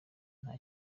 nta